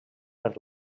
per